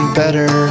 better